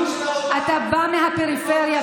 אתה בא מהפריפריה,